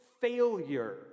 failure